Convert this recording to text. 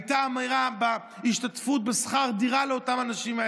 הייתה אמירה בהשתתפות בשכר דירה לאותם אנשים.